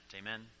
amen